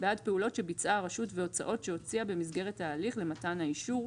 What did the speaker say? בעד פעולות שביצעה הרשות והוצאות שהוציאה במסגרת ההליך למתן האישור,